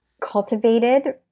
cultivated